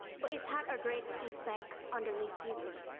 but it's had a great effect on the receiver.